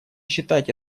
считать